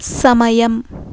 సమయం